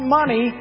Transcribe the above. money